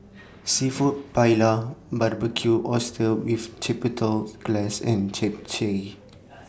Seafood Paella Barbecued Oysters with Chipotles Glaze and Japchae